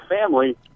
family